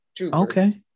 Okay